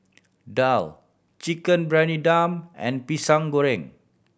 daal Chicken Briyani Dum and Goreng Pisang